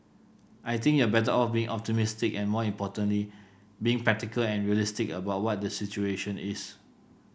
I think you're better off being optimistic and more importantly being practical and realistic about what the situation is